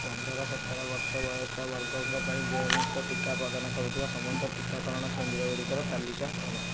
ପନ୍ଦର ସତର ବର୍ଷ ବୟସ ବର୍ଗଙ୍କ ପାଇଁ ଦେୟମୁକ୍ତ ଟିକା ପ୍ରଦାନ କରୁଥିବା ସମସ୍ତ ଟିକାକରଣ କେନ୍ଦ୍ରଗୁଡ଼ିକର ତାଲିକା କର